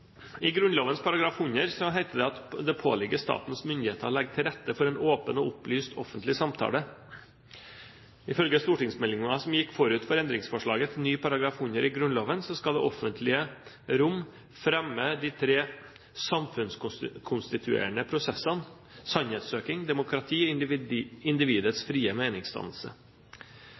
I Grunnloven § 100 heter det at det påligger statens myndigheter å legge til rette for en åpen og opplyst offentlig samtale. Ifølge stortingsmeldingen som gikk forut for endringsforslaget til ny § 100 i Grunnloven, skal det offentlige rom fremme de tre samfunnskonstituerende prosessene: sannhetssøking, demokrati og individets frie meningsdannelse.